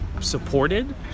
supported